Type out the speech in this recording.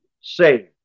saved